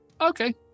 Okay